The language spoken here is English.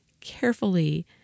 carefully